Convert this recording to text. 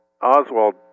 Oswald